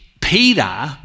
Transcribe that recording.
Peter